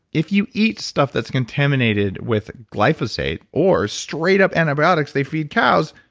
if you eat stuff that's contaminated with glyphosate, or straight up antibiotics they feed cows,